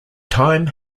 time